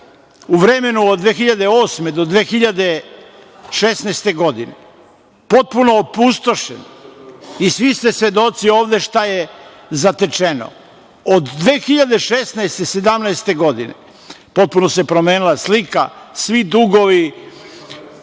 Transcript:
u vremenu od 2008. do 2016. godine potpuno opustošen i svi ste svedoci ovde šta je zatečeno. Od 2016. i 2017. godine potpuno se promenila slika. Svi dugovi